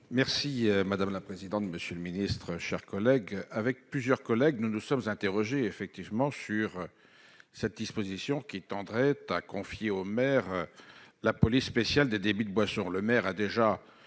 Merci madame la présidente, monsieur le ministre, chers collègues, avec plusieurs collègues, nous nous sommes interroges effectivement sur cette disposition qui tendrait à confier au maire, la police spéciale des débits de boissons,